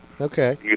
okay